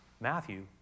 Matthew